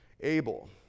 Abel